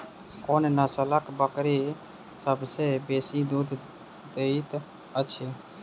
कोन नसलक बकरी सबसँ बेसी दूध देइत अछि?